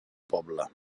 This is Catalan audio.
poble